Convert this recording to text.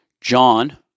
john